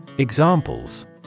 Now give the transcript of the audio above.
Examples